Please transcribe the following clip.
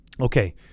okay